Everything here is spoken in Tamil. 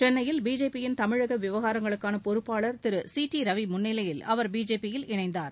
சென்னையில் பிஜேபி யின் தமிழக விவகாரங்களுக்கான பொறுப்பாளர் திரு சி பி ரவி முன்னிலையில் அவர் பிஜேபி யில் இணைந்தார்